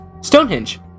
Stonehenge